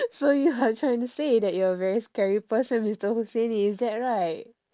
so you're trying to say that you are a very scary person mister husaini is that right